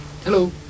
hello